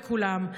וכולם.